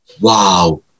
wow